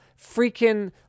freaking